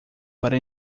para